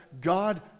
God